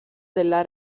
della